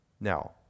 Now